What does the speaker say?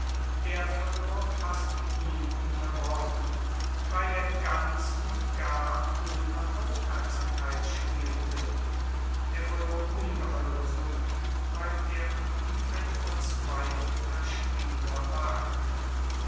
er verlor fast ununterbrochen weil er ganz und gar ohne aufmerksamkeit spielte er verlor ungeheure summen weil er wie ein verzweifelter spieler wagte